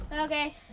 Okay